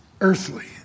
earthly